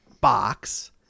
box